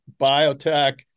biotech